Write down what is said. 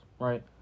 right